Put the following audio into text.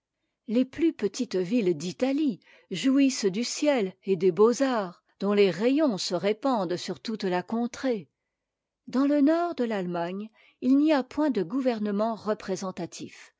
les plus petites villes d'italie jouissent du ciel et des beaux-arts dont tes rayons se répandent sur toute la contrée dans le nord de l'allemagne il n'y a point de gouvernement représentatif